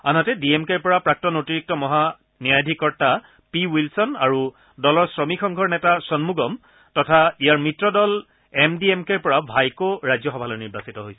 আনহাতে D M কেৰ পৰা প্ৰাক্তন অতিৰিক্ত মহা ন্যায়াধিকৰ্তা পি উইলছন আৰু দলৰ শ্ৰমিক সংঘৰ নেতা খন মূগম তথা ইয়াৰ মিত্ৰ দল এম ডি এম কেৰ পৰা ভাইক' ৰাজ্যসভালৈ নিৰ্বাচিত হৈছে